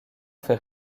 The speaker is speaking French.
fait